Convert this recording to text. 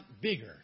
bigger